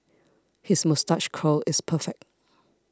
his moustache curl is perfect